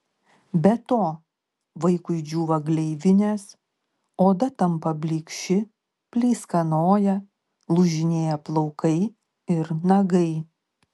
be to vaikui džiūva gleivinės oda tampa blykši pleiskanoja lūžinėja plaukai ir nagai